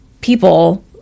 people